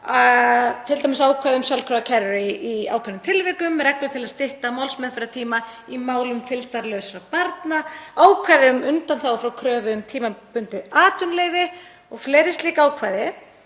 t.d. ákvæði um sjálfkrafa kerfi í ákveðnum tilvikum, reglur til að stytta málsmeðferðartíma í málum fylgdarlausra barna, ákvæði um undanþágu frá kröfu um tímabundið atvinnuleyfi og fleiri slík ákvæði?